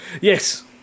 Yes